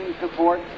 support